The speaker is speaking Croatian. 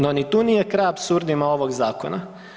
No ni tu nije kraj apsurdima ovog zakona.